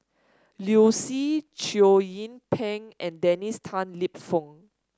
Liu Si Chow Yian Ping and Dennis Tan Lip Fong